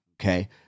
okay